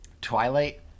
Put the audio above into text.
twilight